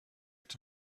est